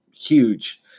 huge